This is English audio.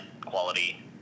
quality